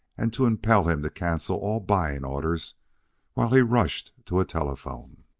and to impel him to cancel all buying orders while he rushed to a telephone.